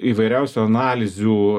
įvairiausių analizių